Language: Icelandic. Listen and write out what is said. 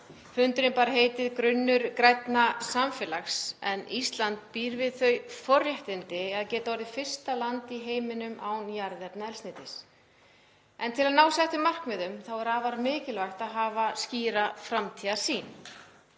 Fundurinn bar heitið Grunnur grænna samfélags, en Ísland býr við þau forréttindi að geta orðið fyrsta land í heiminum án jarðefnaeldsneytis. Til að ná settum markmiðum er afar mikilvægt að hafa skýra framtíðarsýn.